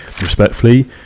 respectfully